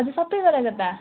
हजुर सबै गरएको त